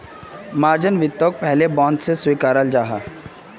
margin वित्तोक पहले bond सा स्विकाराल जाहा